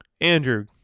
andrew